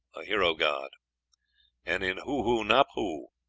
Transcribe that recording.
a hero-god and in hu-hu-nap-hu,